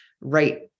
right